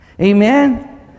Amen